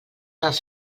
dels